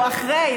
או אחרי,